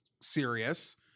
serious